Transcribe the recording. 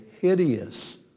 hideous